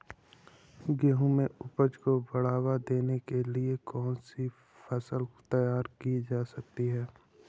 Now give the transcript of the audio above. खेती में उपज को बढ़ावा देने के लिए कौन सी फसल तैयार की जा सकती है?